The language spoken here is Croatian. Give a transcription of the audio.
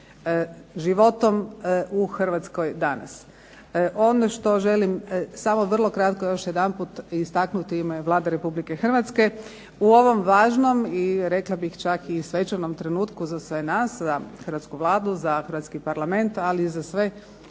životom u Hrvatskoj danas. Ono što želim, samo vrlo kratko još jedanput istaknuti …/Ne razumije se./… Vlada Republike Hrvatske, u ovom važnom i rekla bih čak i svečanom trenutku za sve nas, za hrvatsku Vladu, za hrvatski Parlament, ali i za sve